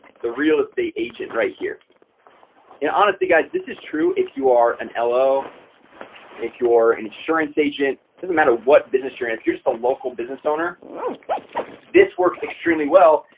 the real estate agent right here and honestly guys, this is true if you are an ello if you're an insurance agent doesn't matter what business you're in if you're just a local business owner this works extremely well,